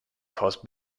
cause